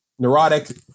Neurotic